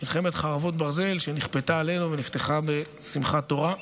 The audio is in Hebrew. מלחמת חרבות ברזל שנכפתה עלינו ונפתחה בשמחת תורה.